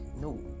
No